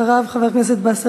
חבר הכנסת חנא סוייד,